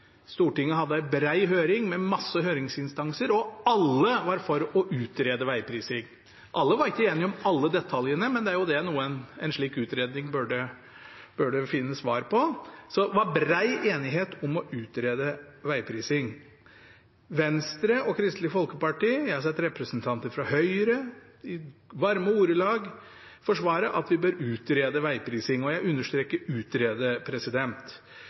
Alle var ikke enige om alle detaljene, men det er jo det en slik utredning burde finne svar på. Så det var bred enighet om å utrede veiprising – Venstre og Kristelig Folkeparti, og jeg har sett representanter fra Høyre i varme ordelag forsvare at vi bør utrede veiprising. Jeg understreker «utrede». Når opptil flere av regjeringspartiene er for å utrede